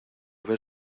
ver